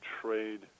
trade